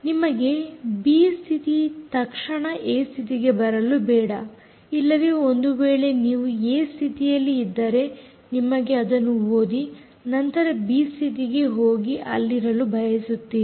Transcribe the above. ನಿಮಗೆ ಈ ಬಿ ಸ್ಥಿತಿ ತಕ್ಷಣ ಏ ಸ್ಥಿತಿಗೆ ಬರಲು ಬೇಡ ಇಲ್ಲವೇ ಒಂದು ವೇಳೆ ನೀವು ಏ ಸ್ಥಿತಿಯಲ್ಲಿ ಇದ್ದರೆ ನಿಮಗೆ ಅದನ್ನು ಓದಿ ನಂತರ ನೀವು ಬಿ ಸ್ಥಿತಿಗೆ ಹೋಗಿ ಅಲ್ಲಿರಲು ಬಯಸುತ್ತೀರಿ